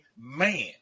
man